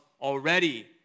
already